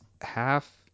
half